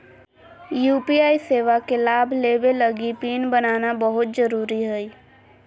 UPI सेवा के लाभ लेबे लगी पिन बनाना बहुत जरुरी हइ